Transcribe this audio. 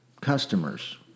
customers